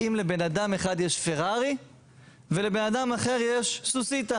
אם לבן אדם אחד יש פרארי ולבן אדם אחר יש סוסיתא.